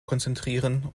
konzentrieren